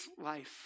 life